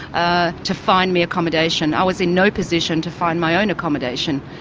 ah to find me accommodation. i was in no position to find my own accommodation.